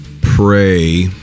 pray